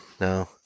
no